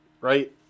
right